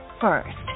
first